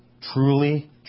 Truly